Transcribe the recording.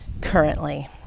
currently